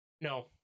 No